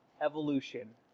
Evolution